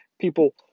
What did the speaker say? People